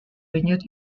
renewed